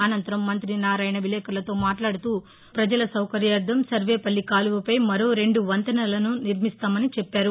అనంతరం మంతి నారాయణ విలేకరులతో మాట్లాడుతూపజల సౌకర్యార్లం సర్వేపల్లి కాలువపై మరో రెండు వంతెనలను నిర్మిస్తామని చెప్పారు